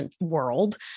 world